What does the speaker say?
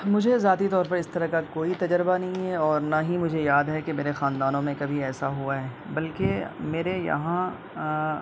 مجھے ذاتی طور پر اس طرح کا کوئی تجربہ نہیں ہے اور نہ ہی مجھے یاد ہے کہ میرے خاندانوں میں کبھی ایسا ہوا ہے بلکہ میرے یہاں